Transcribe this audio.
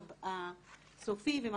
זה